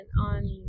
on